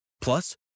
Plus